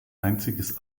einziges